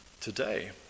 Today